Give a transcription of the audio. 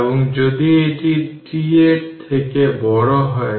একইভাবে v2 1C2 তারপর t0 t it0 থেকে t it dt